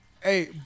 Hey